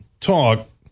talk